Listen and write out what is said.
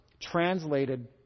translated